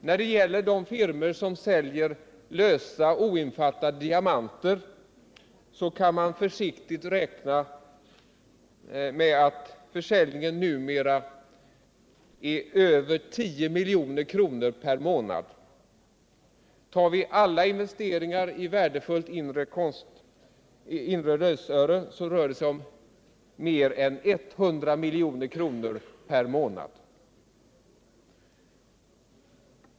När det gäller försäljningen av lösa, oinfattade diamanter, kan man försiktigt räkna med att denna nu är uppe i över 10 milj.kr. per månad. Tar vi alla investeringar i värdefullt inre lösöre rör det sig om mer än 100 milj.kr. per månad.